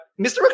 Mr